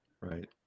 right